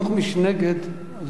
ומי שהוא נגד הוא נגד.